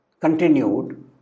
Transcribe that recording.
continued